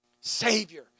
Savior